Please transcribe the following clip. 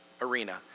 arena